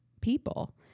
people